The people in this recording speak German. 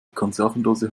konservendose